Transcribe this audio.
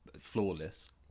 flawless